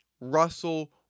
Russell